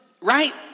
right